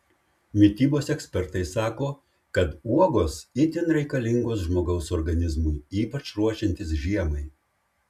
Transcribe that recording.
mitybos ekspertai sako kad uogos itin reikalingos žmogaus organizmui ypač ruošiantis žiemai